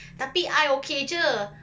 tapi I okay jer